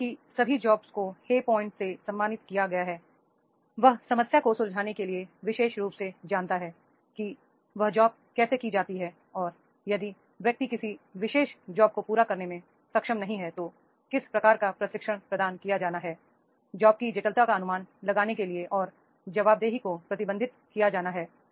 जैसे ही सभी जॉब्स को हे पॉइंट्स से सम्मानित किया गया है वह समस्या को सुलझाने के लिए विशेष रूप से जानता है कि यह जॉब कैसे की जाती है और यदि व्यक्ति किसी विशेष जॉब को पूरा करने में सक्षम नहीं है तो किस प्रकार का प्रशिक्षण प्रदान किया जाना है जॉब की जटिलता का अनुमान लगाने के लिए और जवाबदेही को प्रबंधित किया जाना है